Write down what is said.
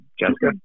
Jessica